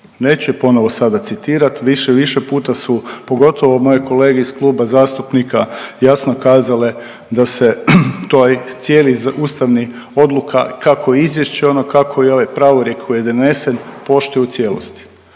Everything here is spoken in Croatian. Neću je ponovo sada citirati više. Više puta su pogotovo moje kolege iz kluba zastupnika jasno kazale da se ta cijela ustavna odluka kako i izvješće ono, kako i ovaj pravorijek koji je donesen poštuje u cijelosti.